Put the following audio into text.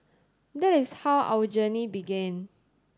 that is how our journey began